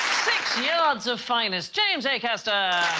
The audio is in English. six yeah of finest james a caster